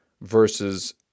versus